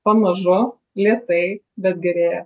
pamažu lėtai bet gerėja